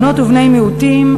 בנות ובני מיעוטים,